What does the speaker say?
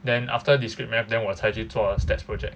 then after discrete math 我才去做 stats project